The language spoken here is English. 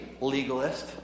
legalist